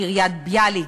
קריית-ביאליק,